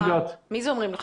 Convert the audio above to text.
מי אומרים לך?